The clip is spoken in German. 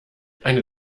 eine